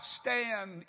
stand